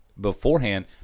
beforehand